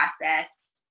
process